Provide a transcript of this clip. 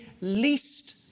least